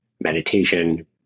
meditation